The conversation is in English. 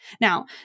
Now